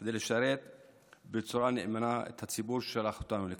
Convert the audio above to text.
כדי לשרת בצורה נאמנה את הציבור ששלח אותנו לכאן.